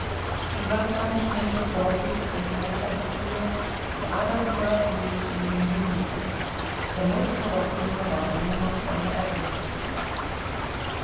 sie war zwar nicht mehr so sorglos und heiter wie früher aber sie war ruhig in ihrem gemüte der moskauer kummer war nur noch eine erinnerung